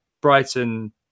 Brighton